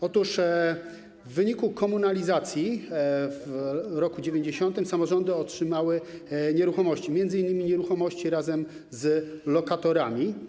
Otóż w wyniku komunalizacji w 1990 r. samorządy otrzymały nieruchomości, m.in. nieruchomości razem z lokatorami.